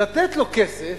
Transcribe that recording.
לתת לו כסף,